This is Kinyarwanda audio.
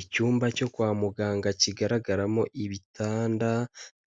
Icyumba cyo kwa muganga kigaragaramo ibitanda